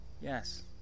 Yes